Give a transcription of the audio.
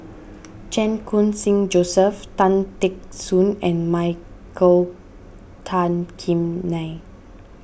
Chan Khun Sing Joseph Tan Teck Soon and Michael Tan Kim Nei